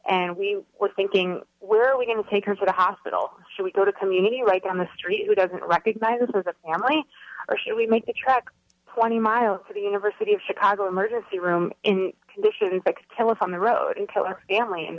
and we were thinking where we can take her to the hospital should we go to community right down the street who doesn't recognize us as a family or should we make the trek twenty miles to the university of chicago emergency room in conditions like tell us on the road until our family and